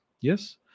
Yes